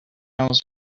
knows